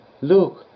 Look